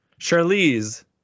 Charlize